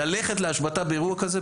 ללכת להשבתה באירוע כזה,